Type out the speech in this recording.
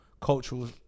cultural